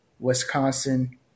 Wisconsin